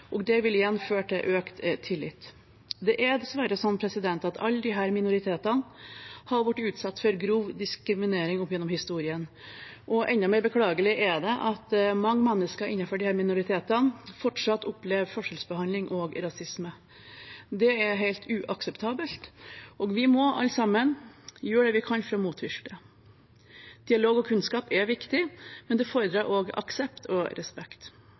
og det vil igjen føre til økt tillit. Det er dessverre slik at alle disse minoritetene har blitt utsatt for grov diskriminering opp gjennom historien, og enda mer beklagelig er det at mange mennesker innenfor disse minoritetene fortsatt opplever forskjellsbehandling og rasisme. Det er helt uakseptabelt, og vi må – alle sammen – gjøre det vi kan for å motvirke dette. Dialog og kunnskap er viktig, men det fordrer også aksept og respekt.